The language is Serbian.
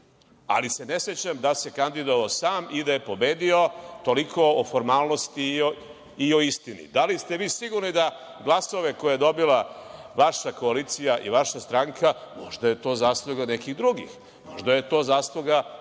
ali se ne sećam da se kandidovao sam i da je pobedio. Toliko o formalnosti i o istini. Da li ste vi sigurni da glasove koje je dobila vaša koalicija i vaša stranka, možda je to zasluga nekih drugih? Možda je to zasluga